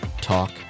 Talk